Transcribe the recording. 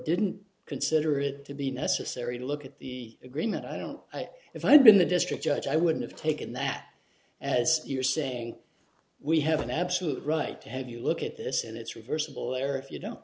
didn't consider it to be necessary to look at the agreement i don't know if i'd been the district judge i would have taken that as you're saying we have an absolute right to have you look at this and it's reversible error if you don't